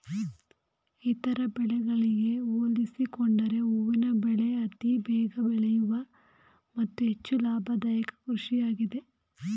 ಇತರ ಬೆಳೆಗಳಿಗೆ ಹೋಲಿಸಿಕೊಂಡರೆ ಹೂವಿನ ಬೆಳೆ ಅತಿ ಬೇಗ ಬೆಳೆಯೂ ಮತ್ತು ಹೆಚ್ಚು ಲಾಭದಾಯಕ ಕೃಷಿಯಾಗಿದೆ